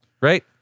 Right